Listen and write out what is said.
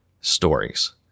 stories